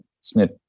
Smith